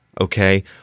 okay